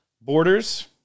borders